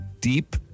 deep